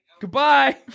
Goodbye